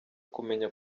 kumenya